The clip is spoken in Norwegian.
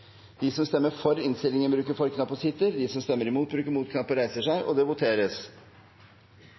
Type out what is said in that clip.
De som stemmer for forslaget, svarer ja. De som stemmer imot, svarer nei. Det voteres